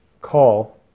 call